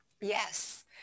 Yes